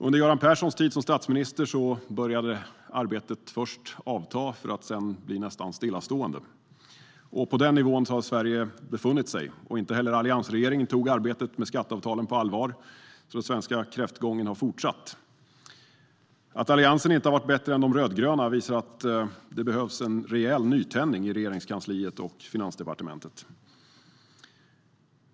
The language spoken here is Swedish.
Under Göran Perssons tid som statsminister började arbetet först avta för att sedan bli nästan stillastående. På den nivån har Sverige befunnit sig. Inte heller alliansregeringen tog arbetet med skatteavtalen på allvar, så den svenska kräftgången har fortsatt. Att Alliansen inte har varit bättre än de rödgröna visar att det behövs en rejäl nytändning i Regeringskansliet och Finansdepartementet.